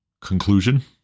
conclusion